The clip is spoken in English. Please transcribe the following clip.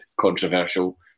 Controversial